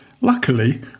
Luckily